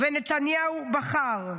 ונתניהו בחר.